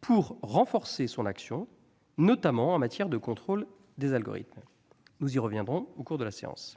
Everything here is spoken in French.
pour renforcer l'action du Conseil, notamment en matière de contrôle des algorithmes. Nous y reviendrons au cours de la séance.